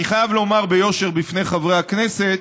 אני חייב לומר ביושר בפני חברי הכנסת,